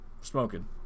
smoking